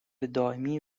دائمی